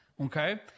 okay